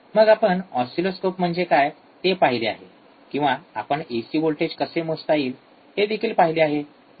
मग आपण ऑसिलोस्कोप म्हणजे काय ते पाहिले आहे किंवा आपण एसी व्होल्टेज कसे मोजता येईल हे देखील पाहिले आहे बरोबर